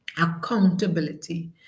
accountability